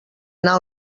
anar